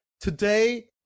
Today